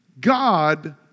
God